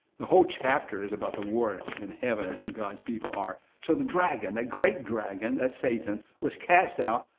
the whole chapter is about the war in heaven and who god's people are. so the dragon, the great dragon, that's satan, was cast out,